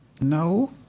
No